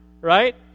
right